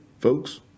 folks